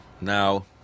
now